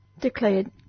declared